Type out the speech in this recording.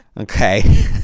Okay